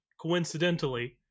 coincidentally